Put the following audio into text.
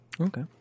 Okay